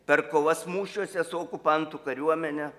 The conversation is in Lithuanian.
per kovas mūšiuose su okupantų kariuomene